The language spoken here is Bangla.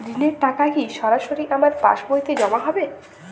ঋণের টাকা কি সরাসরি আমার পাসবইতে জমা হবে?